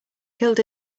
killed